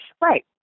Right